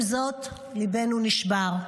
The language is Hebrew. עם זאת, ליבנו נשבר.